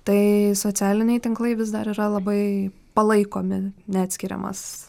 tai socialiniai tinklai vis dar yra labai palaikomi neatskiriamas